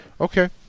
Okay